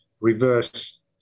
reverse